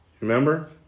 Remember